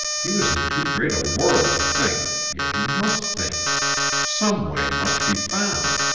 he was in too great a whirl to think, yet he must think some way must be found.